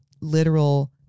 literal